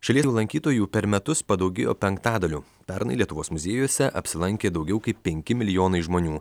šalies lankytojų per metus padaugėjo penktadaliu pernai lietuvos muziejuose apsilankė daugiau kaip penki milijonai žmonių